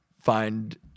find